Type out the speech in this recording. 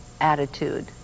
attitude